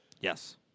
Yes